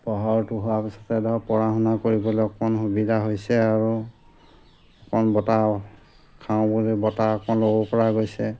পোহাৰটো হোৱাৰ পিছতে ধৰক পঢ়া শুনা কৰিবলৈ অকণ সুবিধা হৈছে আৰু অকণ বতাহ খাওঁ বুলি বতাহ অকণ ল'ব পৰা গৈছে